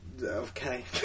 Okay